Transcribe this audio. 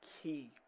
key